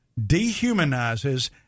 dehumanizes